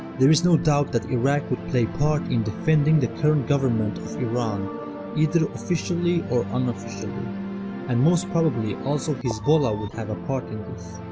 there is no doubt that iraq would play part in defending the current government of iran either officially or unofficially and most probably also hezbollah would have a part in this